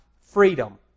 freedom